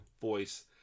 voice